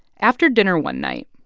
after dinner one night.